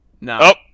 No